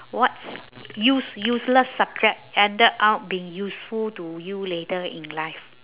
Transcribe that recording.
what use~ useless subject ended up being useful to you later in life